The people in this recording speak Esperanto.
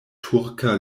turka